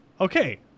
Okay